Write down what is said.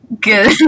Good